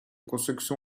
construction